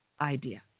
idea